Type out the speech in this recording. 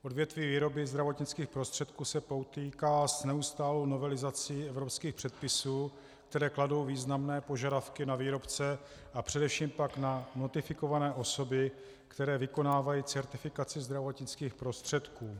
Odvětví výroby zdravotnických prostředků se potýká s neustálou novelizací evropských předpisů, které kladou významné požadavky na výrobce a především pak na notifikované osoby, které vykonávají certifikaci zdravotnických prostředků.